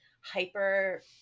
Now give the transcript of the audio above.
hyper-